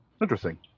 Interesting